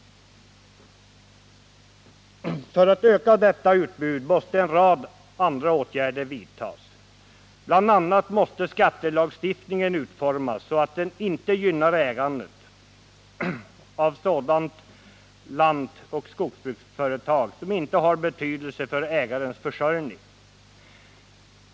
För att öka detta utbud måste en rad andra åtgärder vidtas. Bl.a. måste skattelagstiftningen utformas så, att den inte gynnar ägandet av sådant lantoch skogsbruksföretag som inte har betydelse för ägarens försörjning.